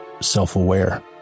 self-aware